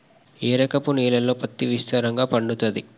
ఏ రకపు నేలల్లో పత్తి విస్తారంగా పండుతది?